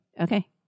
Okay